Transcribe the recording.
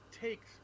takes